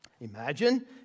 Imagine